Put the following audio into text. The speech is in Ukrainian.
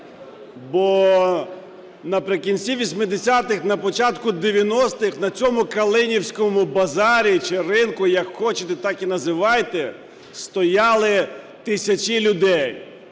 бо наприкінці 80-х, на початку 90-х на цьому калинівському базарі чи ринку, як хочете, так і називайте, стояли тисячі людей: